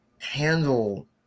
handle